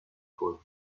koydu